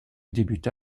débuta